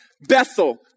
Bethel